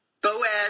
Boaz